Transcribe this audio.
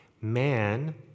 Man